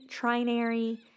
trinary